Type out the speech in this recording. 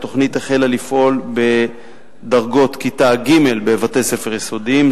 התוכנית החלה לפעול בדרגות כיתה ג' בבתי-ספר יסודיים,